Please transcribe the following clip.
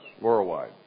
Worldwide